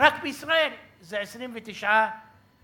ורק בישראל זה 29 יורו.